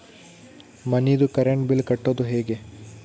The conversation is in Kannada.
ಮನಿದು ಕರೆಂಟ್ ಬಿಲ್ ಕಟ್ಟೊದು ಹೇಗೆ?